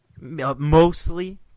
mostly